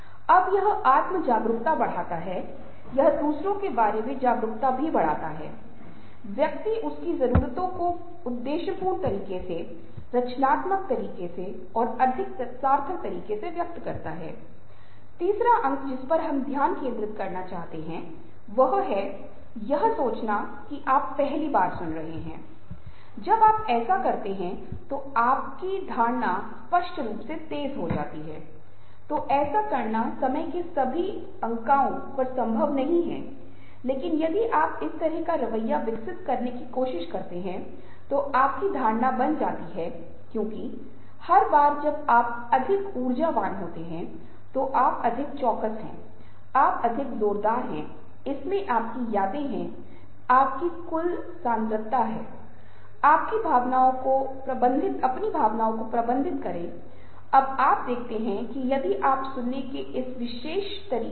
इस तरह के संचारकों की कुछ कमजोरियां हैं बयानबाजी कठोरता का मतलब है कि वे बहुत कठोर हैं वे अच्छे श्रोता नहीं हैं इसका मतलब है कि वे हर समय बोलने और बोलने की कोशिश करेंगे और यदि कोई व्यवधान है तो उन्हें रुकावट पसंद नहीं है दूसरे को इन लोगों को बाधित नहीं करना चाहिए क्योंकि उन्हें लगता है कि वे जो भी कह रहे हैं वह अंतिम है यह अच्छा है और हर कोई उन्हें सुनने के लिए माना जाता है और शब्दाडंबर मैंने पहले ही समझाया है कि वे बहुत मुखर बहुत बातूनी हैं